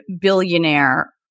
billionaire